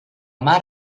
mar